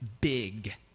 big